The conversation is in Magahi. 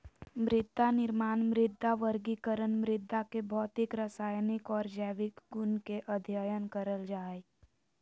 मृदानिर्माण, मृदा वर्गीकरण, मृदा के भौतिक, रसायनिक आर जैविक गुण के अध्ययन करल जा हई